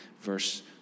verse